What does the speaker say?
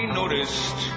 noticed